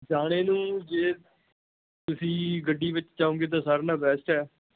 ਜਾਣੇ ਨੂੰ ਜੇ ਤੁਸੀਂ ਗੱਡੀ ਵਿੱਚ ਜਾਓਂਗੇ ਤਾਂ ਸਾਰਿਆਂ ਨਾਲ ਬੈਸਟ ਹੈ